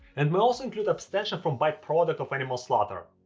and may also include abstention from by products of animal slaughter.